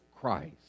Christ